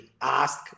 ask